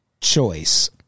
choice